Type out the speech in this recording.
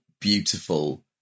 beautiful